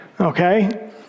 Okay